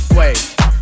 Wait